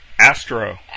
Astro